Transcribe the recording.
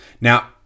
Now